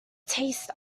tastes